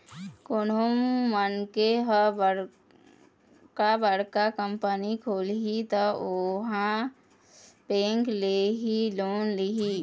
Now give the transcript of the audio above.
कोनो मनखे ह बड़का बड़का कंपनी खोलही त ओहा बेंक ले ही लोन लिही